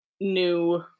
new